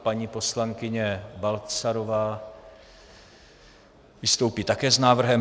Paní poslankyně Balcarová vystoupí také s návrhem.